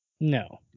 No